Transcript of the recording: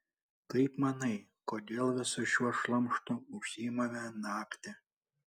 kaip manai kodėl visu šiuo šlamštu užsiimame naktį